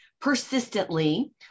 persistently